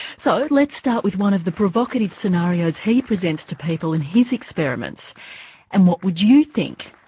so let's start with one of the provocative scenarios he presents to people in his experiments and what would you think?